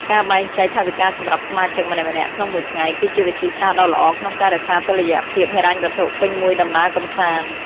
ការបែងចែកថវិកាសម្រាប់សមាជិកម្នាក់ៗក្នុងមួយថ្ងៃ គឺជាវិធីសាស្ត្រដ៏ល្អក្នុងការរក្សាតុល្យភាពហិរញ្ញវត្ថុពេញមួយដំណើរកម្សាន្ត។